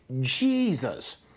Jesus